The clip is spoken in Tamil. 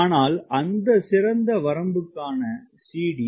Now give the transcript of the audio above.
ஆனால் அந்த சிறந்த வரம்புக்கான CD 1